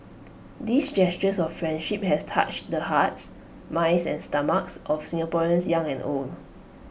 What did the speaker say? these gestures of friendship has touched the hearts minds and stomachs of Singaporeans young and old